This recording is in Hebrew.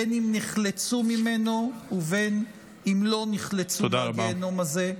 בין שנחלצו ממנו ובין שלא נחלצו מהגיהינום הזה,